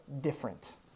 different